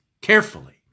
carefully